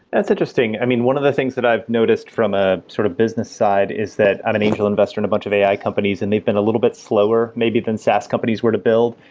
that's interesting. i mean, one of the things that i've noticed from a sort of business side is that i'm an angel investor on and a bunch of ai companies, and they've been a little bit slower maybe than saas companies were to build.